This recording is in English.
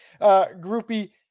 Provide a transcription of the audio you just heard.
Groupie